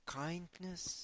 kindness